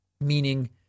meaning